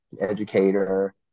educator